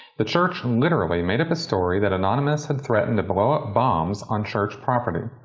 the church literally made up a story that anonymous had threatened to blow up bombs on church property.